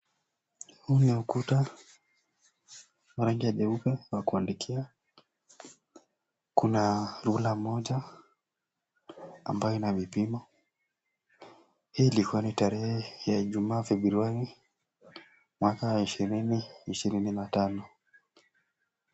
Huu ni ukuta wa rangi ya jeupe pakuandikia, kuna rula moja ambayo ina vipimo, hii ilikua ni tarehe ya Ijumaa February mwaka ishirini na tano.